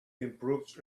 improves